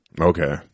Okay